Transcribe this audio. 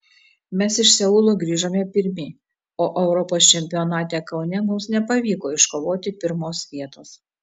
mes iš seulo grįžome pirmi o europos čempionate kaune mums nepavyko iškovoti pirmos vietos